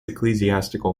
ecclesiastical